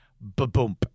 Ba-boom